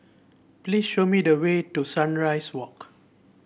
please show me the way to Sunrise Walk